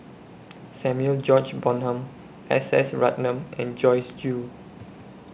Samuel George Bonham S S Ratnam and Joyce Jue